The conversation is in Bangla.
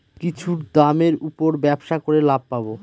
কিছুর দামের উপর ব্যবসা করে লাভ পাবো